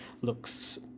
looks